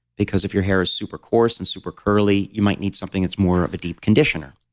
because if your hair is super coarse, and super curly you might need something that's more of a deep conditioner.